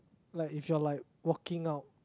like if you're like walking out